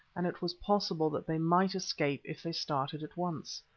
and it was possible that they might escape if they started at once.